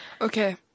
Okay